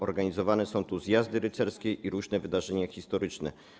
Organizowane są tu zjazdy rycerskie i różne wydarzenia historyczne.